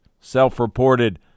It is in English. self-reported